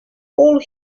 all